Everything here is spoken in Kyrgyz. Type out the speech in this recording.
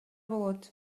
болот